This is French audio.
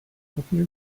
contenu